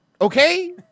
okay